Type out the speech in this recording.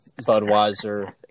Budweiser